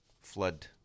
flood